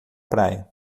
praia